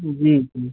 जी जी